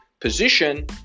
position